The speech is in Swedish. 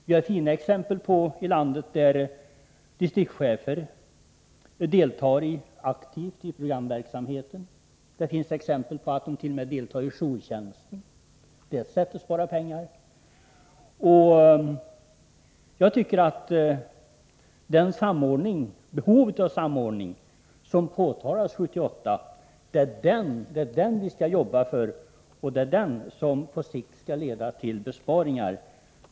Vi har fina exempel i landet på att distriktschefer deltar aktivt i programverksamheten. Det finns exempel på att det.o.m. deltar i jourtjänsten. Det är ett sätt att spara pengar. 1978 framhölls behovet av samordning. Jag tycker att vi skall jobba för en sådan samordning, som på sikt skall kunna leda till besparingar.